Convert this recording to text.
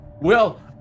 Well-